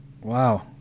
Wow